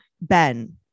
Ben